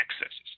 excesses